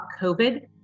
COVID